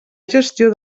gestió